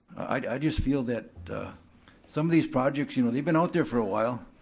i just feel that some of these projects, you know, they've been out there for a while,